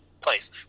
place